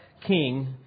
King